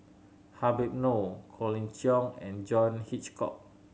Habib Noh Colin Cheong and John Hitchcock